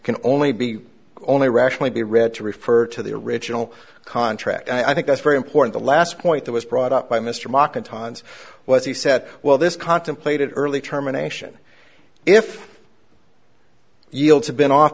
can only be only rationally be read to refer to the original contract i think that's very important the last point that was brought up by mr mock in times was he said well this contemplated early terminations if you have been off